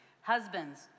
Husbands